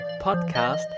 podcast